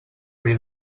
bri